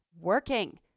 working